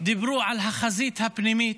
דיברו על החזית הפנימית,